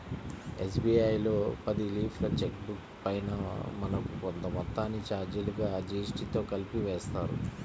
SBI లో పది లీఫ్ల చెక్ బుక్ పైన మనకు కొంత మొత్తాన్ని చార్జీలుగా జీఎస్టీతో కలిపి వేస్తారు